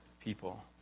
people